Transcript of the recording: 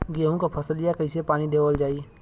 गेहूँक फसलिया कईसे पानी देवल जाई?